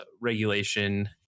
regulation